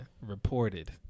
reported